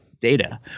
data